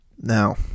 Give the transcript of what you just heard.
Now